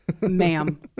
ma'am